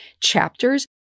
chapters